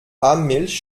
milch